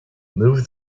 move